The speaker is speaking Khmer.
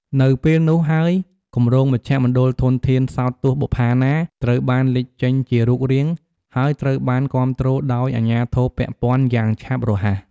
នៅពេលនោះហើយគម្រោងមជ្ឈមណ្ឌលធនធានសោទស្សន៍បុប្ផាណាត្រូវបានលេចចេញជារូបរាង ហើយត្រូវបានគាំទ្រដោយអាជ្ញាធរពាក់ព័ន្ធយ៉ាងឆាប់រហ័ស។